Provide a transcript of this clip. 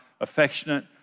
affectionate